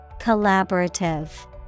Collaborative